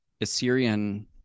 Assyrian